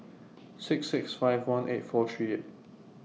six six five one eight four three eight